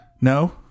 No